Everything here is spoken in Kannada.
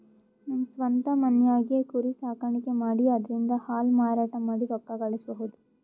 ನಮ್ ಸ್ವಂತ್ ಮನ್ಯಾಗೆ ಕುರಿ ಸಾಕಾಣಿಕೆ ಮಾಡಿ ಅದ್ರಿಂದಾ ಹಾಲ್ ಮಾರಾಟ ಮಾಡಿ ರೊಕ್ಕ ಗಳಸಬಹುದ್